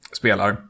spelar